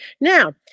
Now